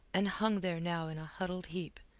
and hung there now in a huddled heap,